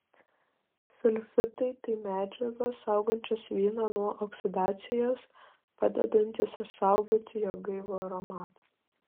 sulfitai tai medžiagos saugančios vyną nuo oksidacijos padedantys išsaugoti jo gaivų aromatą